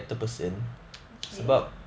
okay